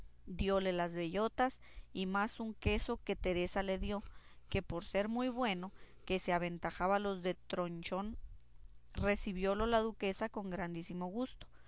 diole las bellotas y más un queso que teresa le dio por ser muy bueno que se aventajaba a los de tronchón recibiólo la duquesa con grandísimo gusto